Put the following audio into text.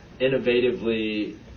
innovatively